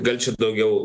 gal čia daugiau